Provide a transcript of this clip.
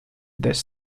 this